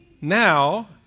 now